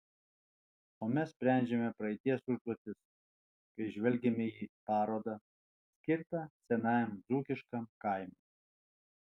o mes sprendžiame praeities užduotis kai žvelgiame į parodą skirtą senajam dzūkiškam kaimui